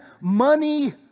money